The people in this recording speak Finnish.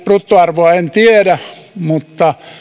bruttoarvoa en tiedä mutta